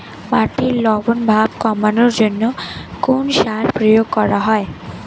মাটির লবণ ভাব কমানোর জন্য কোন সার প্রয়োগ করা হয়?